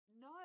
No